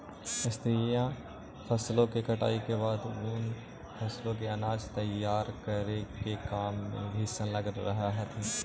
स्त्रियां फसलों की कटाई के बाद उन फसलों से अनाज तैयार करे के काम में भी संलग्न रह हथीन